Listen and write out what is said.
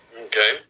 Okay